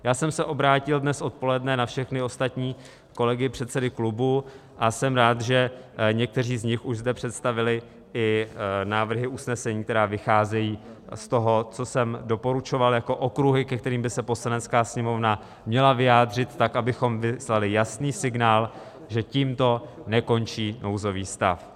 Já jsem se obrátil dnes odpoledne na všechny ostatní kolegy, předsedy klubů, a jsem rád, že někteří z nich už zde představili i návrhy usnesení, které vycházejí z toho, co jsem doporučoval jako okruhy, ke kterým by se Poslanecké sněmovna měla vyjádřit tak, abychom vyslali jasný signál, že tímto nekončí nouzový stav.